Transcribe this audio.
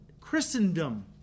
Christendom